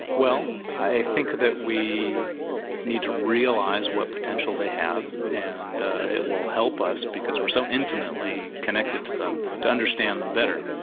well i think that we need to realise what potential they have and it will help us because we're so intimately connected to them to understand them better.